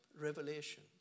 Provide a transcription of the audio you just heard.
revelation